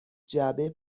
جعبه